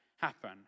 happen